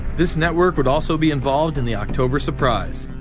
this network would also be involved in the october surprise.